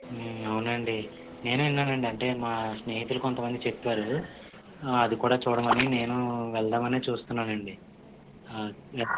అవునండి నేను విన్నాను అండి అంటే మా స్నేహితులు కొంత మంది చెప్పారు అది కూడా చూడమని నేను వెళ్దాం అనే చూస్తున్నాను అండి